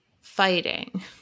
fighting